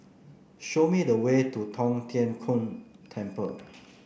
show me the way to Tong Tien Kung Temple